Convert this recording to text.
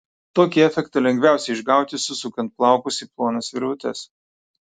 tokį efektą lengviausia išgauti susukant plaukus į plonas virvutes